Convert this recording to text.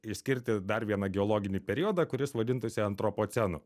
išskirti dar vieną geologinį periodą kuris vadintųsi antropocenu